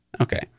Okay